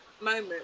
moment